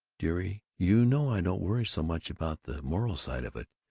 dearie, you know i don't worry so much about the moral side of it,